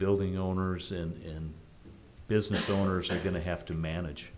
building owners in business owners are going to have to manage